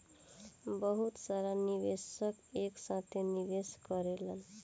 बहुत सारा निवेशक एक साथे निवेश करेलन